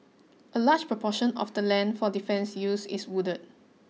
a large proportion of the land for defence use is wooded